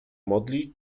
modlić